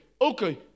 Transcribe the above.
okay